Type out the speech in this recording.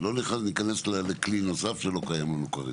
לא נכנס לכלי נוסף שלא קיים לנו כרגע.